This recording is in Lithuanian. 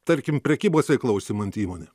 tarkim prekybos veikla užsiimanti įmonė